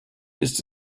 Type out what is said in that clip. ist